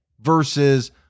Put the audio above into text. versus